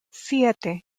siete